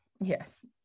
yes